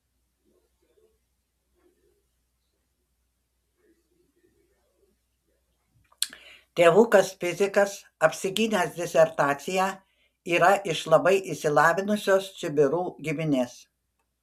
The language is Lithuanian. tėvukas fizikas apsigynęs disertaciją yra iš labai išsilavinusios čibirų giminės